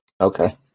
Okay